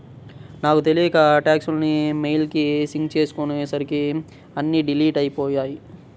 నాకు తెలియక కాంటాక్ట్స్ ని మెయిల్ కి సింక్ చేసుకోపొయ్యేసరికి అన్నీ డిలీట్ అయ్యిపొయ్యాయి